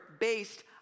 based